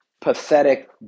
pathetic